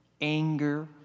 anger